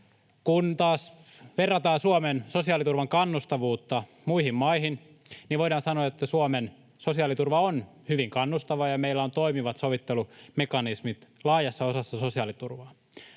taas verrataan Suomen sosiaaliturvan kannustavuutta muihin maihin, niin voidaan sanoa, että Suomen sosiaaliturva on hyvin kannustava ja meillä on toimivat sovittelumekanismit laajassa osassa sosiaaliturvaa.